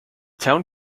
town